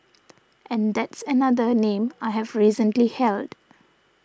and that's another name I have recently held